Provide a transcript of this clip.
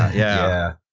yeah.